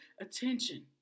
attention